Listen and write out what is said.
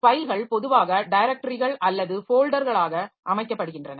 ஃபைல்கள் பொதுவாக டைரக்டரிகள் அல்லது ஃபோல்டர்களாக அமைக்கப்படுகின்றன